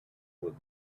with